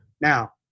Now